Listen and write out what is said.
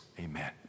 amen